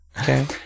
Okay